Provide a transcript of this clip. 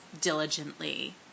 diligently